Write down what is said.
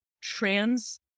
trans